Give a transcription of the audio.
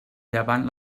llevant